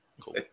cool